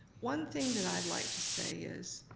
one thing that i'd like to say is,